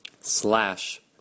slash